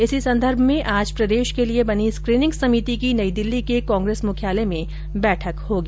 इसी संदर्भ में आज प्रदेश के लिये बनी स्कीनिंग समिति की नई दिल्ली के कांग्रेस मुख्यालय में बैठक होगी